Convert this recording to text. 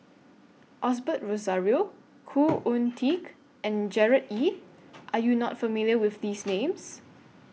Osbert Rozario Khoo Oon Teik and Gerard Ee Are YOU not familiar with These Names